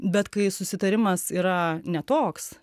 bet kai susitarimas yra ne toks